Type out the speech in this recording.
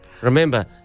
Remember